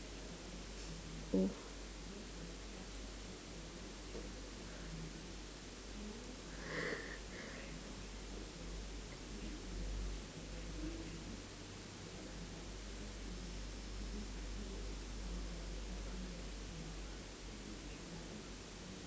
oh